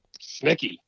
snicky